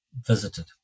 visited